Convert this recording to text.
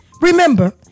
Remember